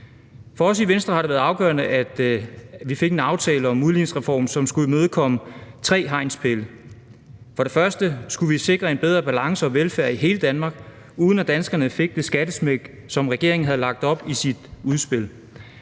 For os i Venstre har det været afgørende, at vi fik en aftale om udligningsreformen, som skulle imødekomme tre hegnspæle . For det første skulle vi sikre en bedre balance og velfærd i hele Danmark, uden at danskerne fik det skattesmæk, som regeringen havde lagt op til i sit udspil.